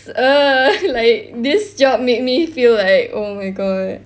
err like this job make me feel like oh my god